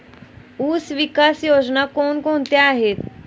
ऊसविकास योजना कोण कोणत्या आहेत?